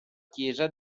chiesa